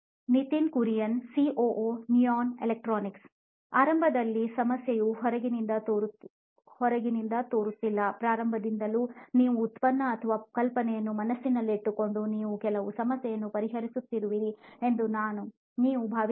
Nitin Kurian COO ನೋಯಿನ್ electronics ಆರಂಭದಲ್ಲಿ ಸಮಸ್ಯೆಯು ಹೊರಗಿನಿಂದ ತೋರುತ್ತಿಲ್ಲ ಪ್ರಾರಂಭದಿಂದಲೂ ನೀವು ಉತ್ಪನ್ನ ಅಥವಾ ಕಲ್ಪನೆಯನ್ನು ಮನಸ್ಸಿನಲ್ಲಿಟ್ಟುಕೊಂಡು ನೀವು ಕೆಲವು ಸಮಸ್ಯೆಯನ್ನು ಪರಿಹರಿಸುತ್ತಿರುವಿರಿ ಎಂದು ನೀವು ಭಾವಿಸಬಹುದು